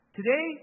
today